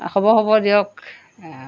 হ'ব হ'ব দিয়ক